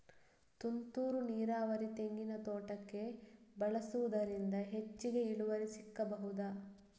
ತುಂತುರು ನೀರಾವರಿ ತೆಂಗಿನ ತೋಟಕ್ಕೆ ಬಳಸುವುದರಿಂದ ಹೆಚ್ಚಿಗೆ ಇಳುವರಿ ಸಿಕ್ಕಬಹುದ?